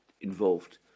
involved